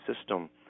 system